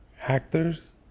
actors